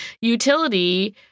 utility